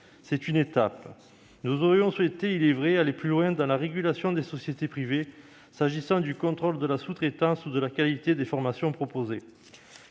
est vrai que nous aurions souhaité aller plus loin dans la régulation des sociétés privées en matière de contrôle de la sous-traitance ou de la qualité des formations proposées.